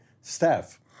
Staff